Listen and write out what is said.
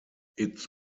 its